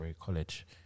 College